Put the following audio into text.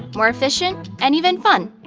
more efficient, and even fun.